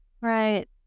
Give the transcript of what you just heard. Right